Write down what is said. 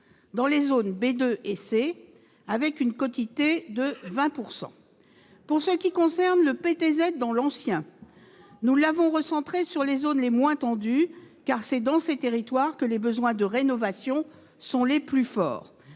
dans les zones B2 et C, avec une quotité de 20 %. Pour ce qui concerne le PTZ dans l'ancien, nous l'avons recentré sur les zones les moins tendues, car c'est dans ces territoires que les besoins en termes de rénovation sont les plus forts.